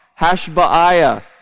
Hashbaiah